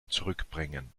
zurückbringen